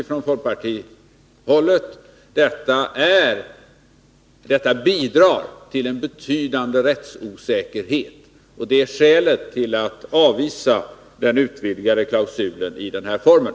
Skälet till att vi anser att förslaget om utvidgning av klausulen bör avslås är att det skulle bidra till en betydande rättsosäkerhet.